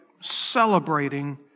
Celebrating